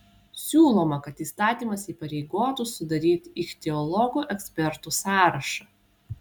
siūloma kad įstatymas įpareigotų sudaryti ichtiologų ekspertų sąrašą